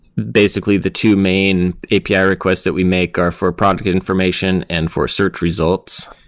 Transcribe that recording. basically, the two main api ah requests that we make are for product information and for search results.